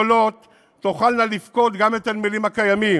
גדולות תוכלנה לפקוד גם את הנמלים הקיימים.